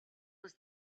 was